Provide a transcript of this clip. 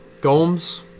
Gomes